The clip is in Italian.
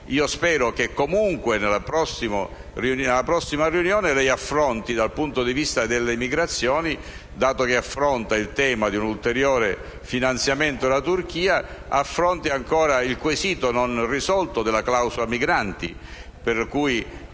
Io spero che comunque nella prossima riunione lei affronti dal punto di vista delle migrazioni, dato che affronta il tema di un ulteriore finanziamento alla Turchia, il quesito non risolto della clausola migranti,